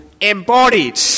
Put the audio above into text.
embodied